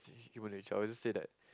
human nature I'll just say that